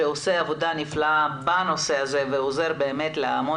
שעושה עבודה נפלאה בנושא הזה ועוזר באמת להמון